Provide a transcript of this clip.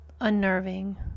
unnerving